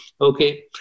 okay